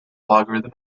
logarithm